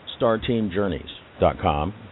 StarTeamJourneys.com